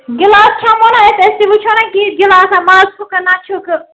glass کھیٚمو نا أسۍ أسۍ تہِ وٕچھو نا کِتھ گِلاسا مزٕ چھُکھٕ نہ چھُکھٕ